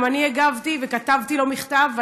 גם אני הגבתי וכתבתי לו מכתב,